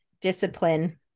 discipline